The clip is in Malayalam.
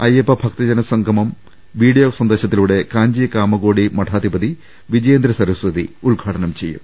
അയ്യപ്പഭക്തജനസംഗമം വീഡിയോ സന്ദേശത്തിലൂടെ കാഞ്ചി കാമകോടി മഠാധിപതി വിജയേന്ദ്ര സരസ്വതി ഉദ്ഘാടനം ചെയ്യും